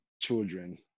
children